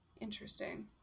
Interesting